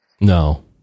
No